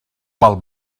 pel